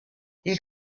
ils